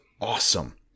awesome